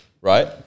right